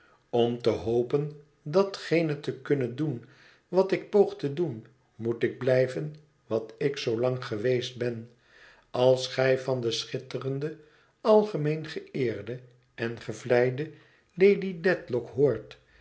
om te hopen datgene te kunnen doen wat ik poog te doen moet ik blijven wat ik zoolang geweest ben als gij van de schitterende algemeen geeerde en gevleide lady dedlock hoort